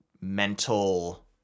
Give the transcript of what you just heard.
mental